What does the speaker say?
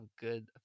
good